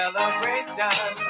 Celebration